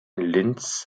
linz